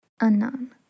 unknown